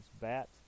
bat